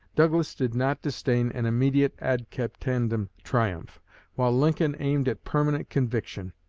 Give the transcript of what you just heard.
douglas did not disdain an immediate ad captandum triumph while lincoln aimed at permanent conviction.